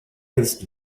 ist